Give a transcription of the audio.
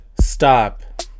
stop